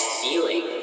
feeling